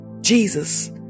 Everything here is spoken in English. Jesus